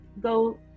go